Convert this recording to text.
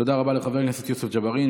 תודה רבה לחבר הכנסת יוסף ג'בארין.